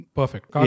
perfect